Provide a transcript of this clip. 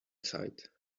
sight